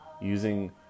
using